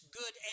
good